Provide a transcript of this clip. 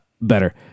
better